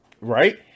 Right